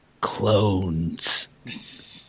Clones